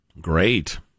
Great